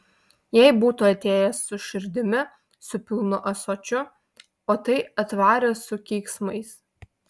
jei būtų atėjęs su širdimi su pilnu ąsočiu o tai atvarė su keiksmais